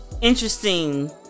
interesting